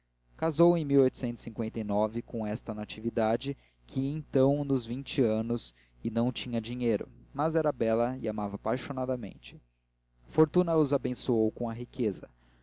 as a com esta natividade que ia então nos vinte anos e não tinha dinheiro mas era bela e amava apaixonadamente a fortuna os abençoou com a riqueza